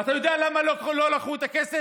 ואתה יודע למה לא לקחו את הכסף?